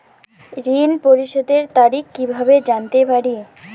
ঋণ পরিশোধের তারিখ কিভাবে জানতে পারি?